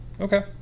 Okay